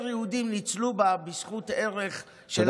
יהודים ניצלו בה בזכות הערך של אהבת אדם.